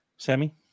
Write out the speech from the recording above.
Sammy